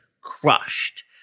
crushed